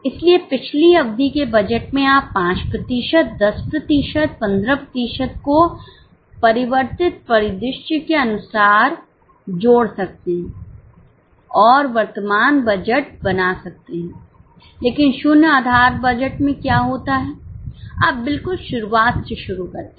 इसलिए पिछली अवधि के बजट में आप 5 प्रतिशत 10 प्रतिशत 15 प्रतिशत को परिवर्तित परिदृश्य के अनुसार जोड़ सकते हैं और वर्तमान बजट बना सकते हैं लेकिन शून्य आधार बजट में क्या होता है आप बिल्कुल शुरुआत से शुरू करते हैं